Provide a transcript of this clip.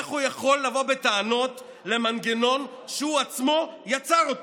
איך הוא יכול לבוא בטענות למנגנון שהוא עצמו יצר?